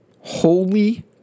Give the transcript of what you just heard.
holy